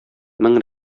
мең